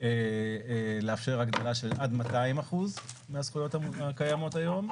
לאפשר הגדלה של עד 200% מהזכויות הקיימות היום,